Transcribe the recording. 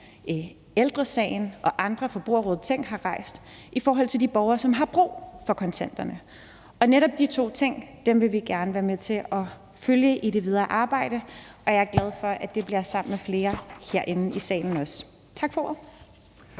Ældre Sagen og Forbrugerrådet TÆNK og andre har rejst i forhold til de borgere, som har brug for kontanterne. Og netop de to ting vi vil gerne være med til at forfølge i det videre arbejde, og jeg er glad for, at det også bliver sammen med flere her i salen. Tak for ordet.